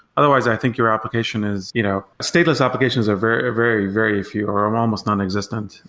otherwise, i think your application is you know stateless applications are very, very very few or are almost nonexistent.